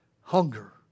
hunger